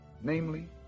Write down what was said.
namely